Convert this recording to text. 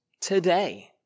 today